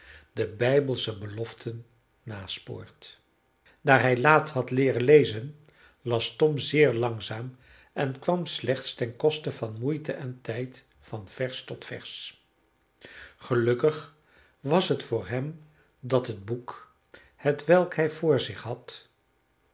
de bijbelsche beloften naspoort daar hij laat had leeren lezen las tom zeer langzaam en kwam slechts ten koste van moeite en tijd van vers tot vers gelukkig was het voor hem dat het boek hetwelk hij voor zich had